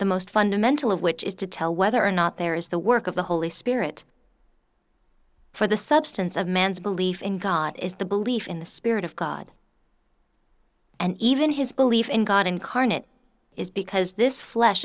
the most fundamental of which is to tell whether or not there is the work of the holy spirit for the substance of man's belief in god is the belief in the spirit of god and even his belief in god incarnate is because this flesh